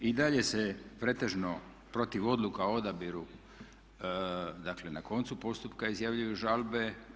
I dalje se pretežno protiv odluka o odabiru dakle na koncu postupka izjavljuju žalbe.